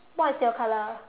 what is your colour